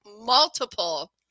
multiple